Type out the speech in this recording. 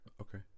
okay